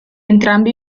entrambi